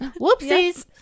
whoopsies